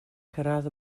cyrraedd